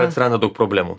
atsiranda daug problemų